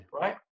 right